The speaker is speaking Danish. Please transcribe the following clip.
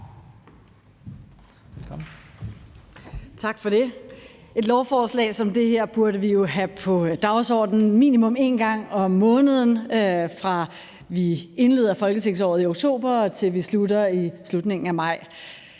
Tak for det. Et lovforslag som det her burde vi jo have på dagsordenen minimum en gang om måneden, fra vi indleder folketingsåret i oktober, til vi slutter i slutningen af maj.